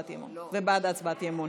ובעד הצעת האי-אמון.